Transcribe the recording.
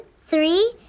three